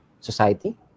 society